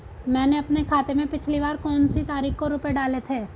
मैंने अपने खाते में पिछली बार कौनसी तारीख को रुपये डाले थे?